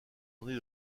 ornés